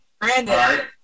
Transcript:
Brandon